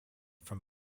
from